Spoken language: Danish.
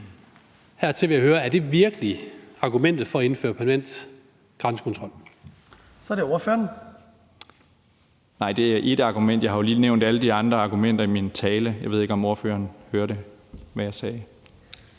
Er det virkelig argumentet for at indføre permanent grænsekontrol?